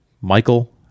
Michael